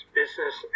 business